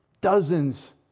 dozens